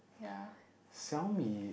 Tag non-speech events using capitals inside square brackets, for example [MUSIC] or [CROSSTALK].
yeah [BREATH]